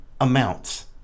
amounts